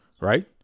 right